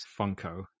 Funko